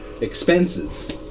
expenses